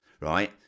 right